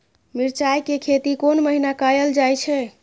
मिरचाय के खेती कोन महीना कायल जाय छै?